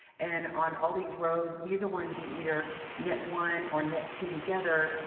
and on all these rows, these are wanting to be either knit one or knit two together,